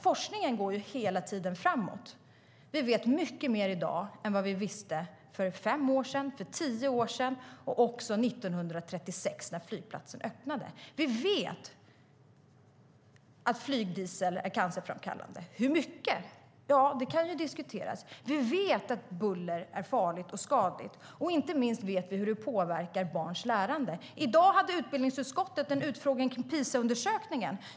Forskningen går hela tiden framåt. Vi vet mycket mer i dag än vad vi visste för fem eller tio år sedan och 1936 när flygplatsen öppnades. Vi vet att flygdiesel är cancerframkallande. I vilken mån kan diskuteras. Vi vet att buller är farligt och skadligt, och inte minst vet vi hur det påverkar barns lärande. I dag hade utbildningsutskottet en utfrågning med anledning av PISA-undersökningen.